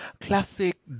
classic